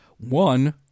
one